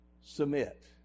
Submit